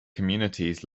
communities